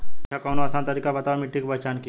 अच्छा कवनो आसान तरीका बतावा मिट्टी पहचाने की?